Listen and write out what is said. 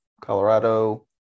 Colorado